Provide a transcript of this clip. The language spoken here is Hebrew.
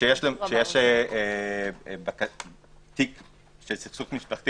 כשיש תיק של סכסוך משפחתי